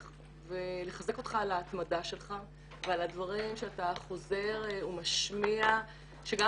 וחזק אותך על ההתמדה שלך ועל הדברים שאתה חוזר ומשמיע שגם